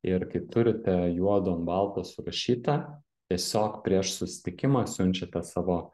ir kai turite juodu ant balto surašyta tiesiog prieš susitikimą siunčiate savo